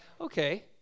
okay